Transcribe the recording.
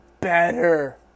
better